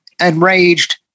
enraged